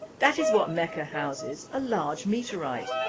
that is what mekkar houses a large meteorite,